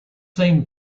same